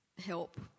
help